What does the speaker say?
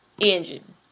Engine